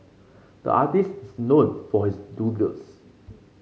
the artist is known for his doodles